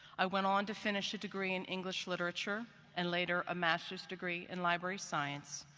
i went on to finish a degree in english literature and later a master's degree in library science,